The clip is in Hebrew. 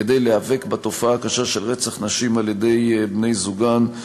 כדי להיאבק בתופעה הקשה של רצח נשים על-ידי בני זוגן.